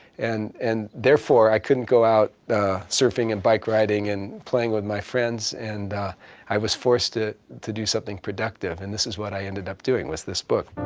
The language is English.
and, and therefore i couldn't go out surfing and bike riding and playing with my friends and i was forced to, to do something productive, and this is what i ended up doing was this book.